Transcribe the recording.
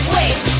Wait